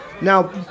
Now